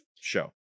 show